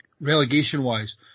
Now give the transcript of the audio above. relegation-wise